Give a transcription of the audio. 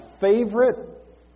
favorite